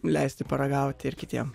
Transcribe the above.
leisti paragauti ir kitiems